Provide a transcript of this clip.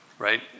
right